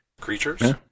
Creatures